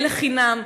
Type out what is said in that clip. יהיה לחינם.